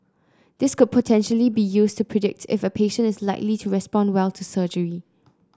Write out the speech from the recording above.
this could potentially be used to predict if a patient is likely to respond well to surgery